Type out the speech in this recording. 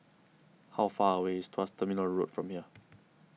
how far away is Tuas Terminal Road from here